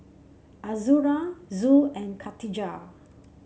Azura Zul and Katijah